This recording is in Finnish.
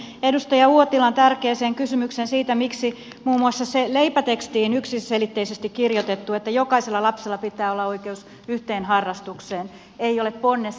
edustaja uotilan tärkeään kysymykseen siitä miksi muun muassa se leipätekstiin yksiselitteisesti kirjoitettu että jokaisella lapsella pitää olla oikeus yhteen harrastukseen ei ole ponnessa